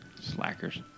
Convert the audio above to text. Slackers